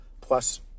plus